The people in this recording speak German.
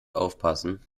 aufpassen